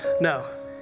no